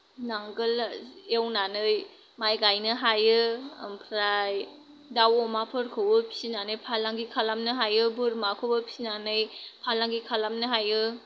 नांगोल एवनानै माइ गायनो हायो ओमफ्राय दाव अमाफोरखौबो फिसिनानै फालांगि खालामनो हायो बोरमाखौबो फिसिनानै फालांगि खालामनो हायो